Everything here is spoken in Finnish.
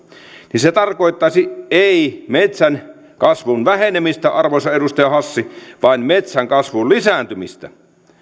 niin se tarkoittaisi ei metsän kasvun vähenemistä arvoisa edustaja hassi vaan metsän kasvun lisääntymistä